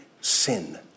sin